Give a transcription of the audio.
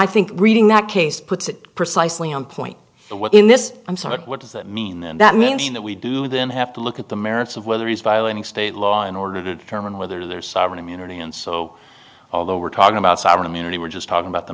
i think reading that case puts it precisely on point what in this i'm sorry what does that mean and that means that we do then have to look at the merits of whether he's violating state law in order to determine whether they're sovereign immunity and so although we're talking about sovereign immunity we're just talking about the